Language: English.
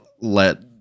let